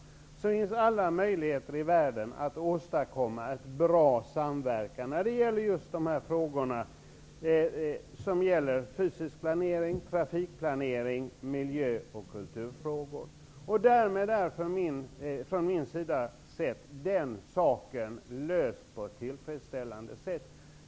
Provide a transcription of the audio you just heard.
Därmed finns det alla möjligheter i världen att åstadkomma en bra samverkan när det gäller just frågorna om fysisk planering, trafikplanering samt om miljö och kultur. Från min sida sett är den saken därmed löst på ett tillfredsställande sätt.